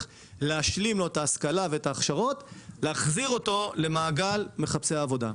כדי להשלים לו את ההשכלה ואת ההכשרות ולהחזיר אותו למעגל מחפשי העבודה.